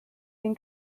den